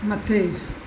मथे